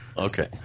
Okay